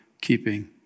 keeping